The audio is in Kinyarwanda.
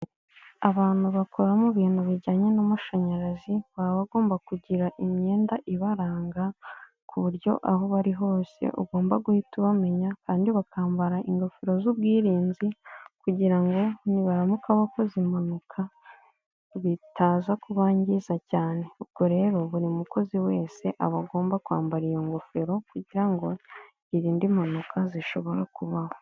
Abantu bakoramo mu bintu bijyanye n'amashanyarazi baba bagomba kugira imyenda ibaranga ku buryo aho bari hose ugomba guhita ubamenya kandi bakambara ingofero z'ubwirinzi kugira ngo nibaramukaho bakoze impanuka bitaza kubangiza cyane. Ubwo rero buri mukozi wese aba agomba kwambara iyo ngofero kugira ngo yirinde impanuka zishobora kubaho.